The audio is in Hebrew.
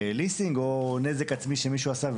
הליסינג או לגבי נזק עצמי שמישהו עשה,